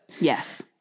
Yes